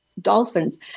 dolphins